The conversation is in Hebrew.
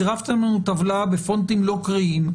צירפתם לנו טבלה בפונטים לא קריאים,